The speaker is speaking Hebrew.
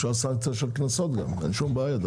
אפשר סנקציה של קנסות גם, אין שום בעיה.